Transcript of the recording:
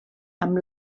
amb